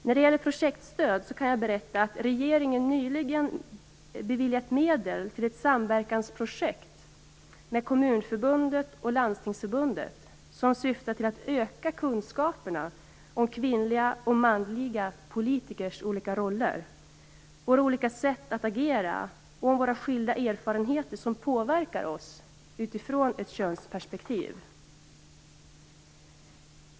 När det gäller projektstöd kan jag berätta att regeringen nyligen beviljat medel till ett samverkansprojekt med Kommunförbundet och Landstingsförbundet som syftar till att öka kunskaperna om våra, kvinnliga och manliga politikers, roller, våra olika sätt att agera och våra skilda erfarenheter som påverkar oss utifrån ett könsperspektiv.